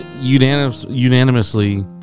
unanimously